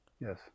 Yes